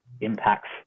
impacts